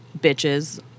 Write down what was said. bitches